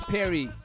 Perry